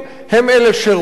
הם אלה שרוצים,